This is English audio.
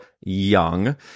young